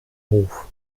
hof